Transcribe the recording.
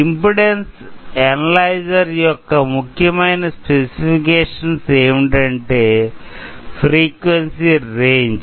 impedance analyser యొక్క ముఖ్యమయిన specifications ఏమిటంటే ఫ్రీక్వెన్సీ రేంజ్